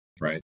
Right